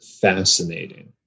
fascinating